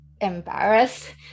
embarrassed